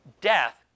death